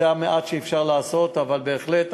זה המעט שאפשר לעשות, אבל בהחלט,